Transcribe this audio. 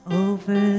over